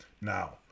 now